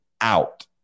out